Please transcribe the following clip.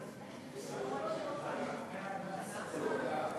חוק החברות (תיקון מס' 28), התשע"ו 2016,